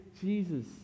Jesus